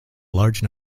large